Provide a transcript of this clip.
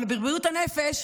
אבל בבריאות הנפש,